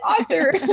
author